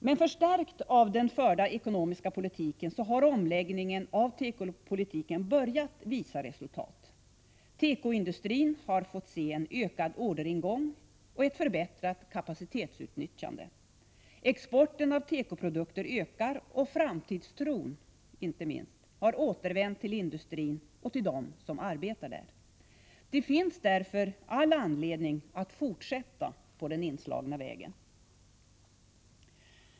Men förstärkt av den förda ekonomiska politiken har omläggningen av tekopolitiken börjat visa resultat. Tekoindustrin har fått se en ökad orderingång och ett förbättrat kapacitetsutnyttjande. Exporten av tekoprodukter ökar, och inte minst framtidstron har återvänt till industrin och till dem som arbetar där. Det finns därför all anledning att fortsätta på den inslagna vägen.